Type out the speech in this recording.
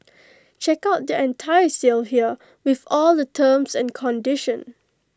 check out their entire sale here with all the terms and conditions